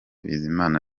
bizimana